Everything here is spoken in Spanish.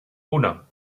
uno